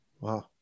wow